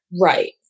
Right